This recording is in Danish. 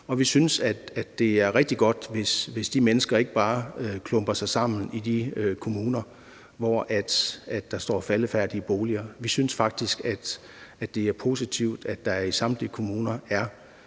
Vi synes, at det er rigtig godt, hvis de mennesker ikke bare klumper sig sammen i de kommuner, hvor der står faldefærdige boliger. Vi synes faktisk, at det er positivt, at der i samtlige kommuner er